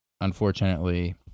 unfortunately